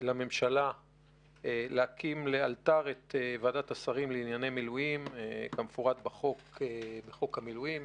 לממשלה להקים לאלתר את ועדת השרים לענייני מילואים כמפורט בחוק המילואים